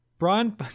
Brian